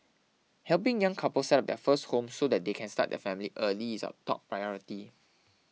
helping young couples set up their first home so that they can start their family early is our top priority